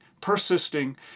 persisting